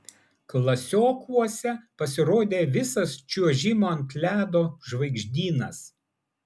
klasiokuose pasirodė visas čiuožimo ant ledo žvaigždynas